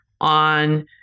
on